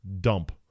dump